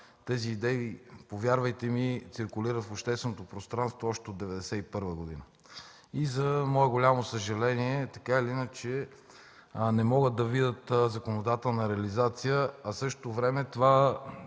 тези идеи, повярвайте ми, циркулират в общественото пространство още от 1991 г. И за мое голямо съжаление така или иначе не могат да видят законодателна реализация, а в същото време това